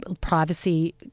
privacy